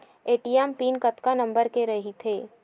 ATM PIN कतका number के रही थे?